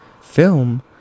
film